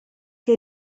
che